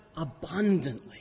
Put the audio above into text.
abundantly